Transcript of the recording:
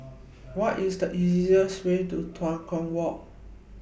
What IS The easiest Way to Tua Kong Walk